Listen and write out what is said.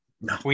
No